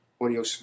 Audio